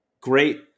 Great